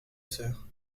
sœur